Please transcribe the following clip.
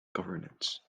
governance